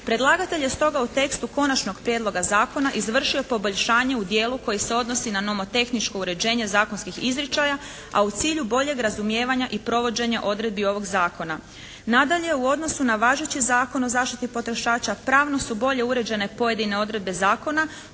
Predlagatelj je stoga u tekstu Konačnog prijedloga zakona izvršio poboljšanje u dijelu koji se odnosi na nomotehničko uređenje zakonskih izričaja, a u cilju boljeg razumijevanja i provođenja odredbi ovog zakona. Nadalje u odnosu na važeći Zakon o zaštiti potrošača pravno su bolje uređene pojedine odredbe zakona